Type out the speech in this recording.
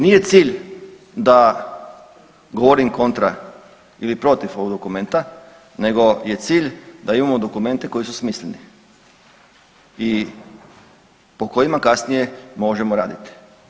Nije cilj da govorim kontra ili protiv ovog dokumenta nego je cilj da imamo dokumente koji su smisleni i po kojima kasnije možemo raditi.